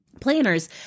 planners